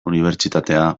unibertsitatea